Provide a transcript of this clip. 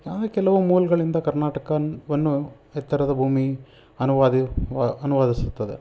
ಆ ಕೆಲವು ಮೂಲಗಳಿಂದ ಕರ್ನಾಟಕವನ್ನು ಎತ್ತರದ ಭೂಮಿ ಅನುವಾದಿ ವ ಅನುವಾದಿಸುತ್ತದೆ